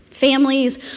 Families